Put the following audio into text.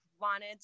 wanted